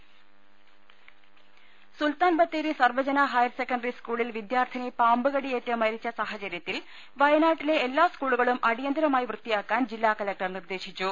ൾ ൽ ൾ സുൽ ത്താൻബ ത്തേരി സർവ ജന ഹയർ സെ ക്കണ്ടറി സ്കൂളിൽ വിദ്യാർത്ഥിനി പാമ്പ് കടിയേറ്റ് മരിച്ച സാഹചരൃത്തിൽ വയനാട്ടിലെ എല്ലാ സ്കൂളുകളും അടിയന്തരമായി വൃത്തിയാ ക്കാൻ ജില്ലാ കലക്ടർ നിർദേശിച്ചു